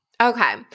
Okay